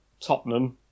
Tottenham